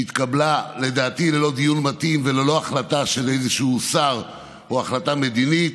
שהתקבלה לדעתי ללא דיון מתאים וללא החלטה של איזשהו שר או החלטה מדינית,